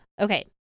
Okay